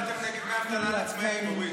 למה הצבעתם נגד דמי אבטלה לעצמאים, אורית?